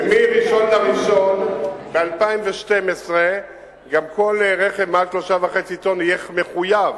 ומ-1 בינואר 2012 גם כל רכב מעל 3.5 טונות יהיה מחויב,